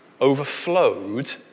overflowed